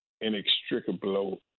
inextricable